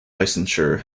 licensure